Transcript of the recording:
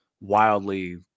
wildly